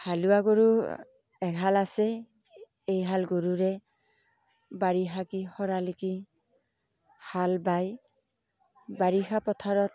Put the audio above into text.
হালোৱা গৰু এহাল আছে এইহাল গৰুৰে বাৰিষা কি খৰালি কি হাল বাই বাৰিষা পথাৰত